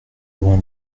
loin